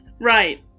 Right